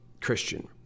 Christian